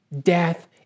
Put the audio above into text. death